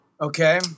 Okay